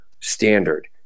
standard